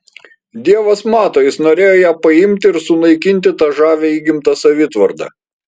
dievas mato jis norėjo ją paimti ir sunaikinti tą žavią įgimtą savitvardą